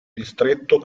distretto